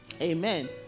Amen